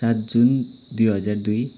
सात जुन दुई हजार दुई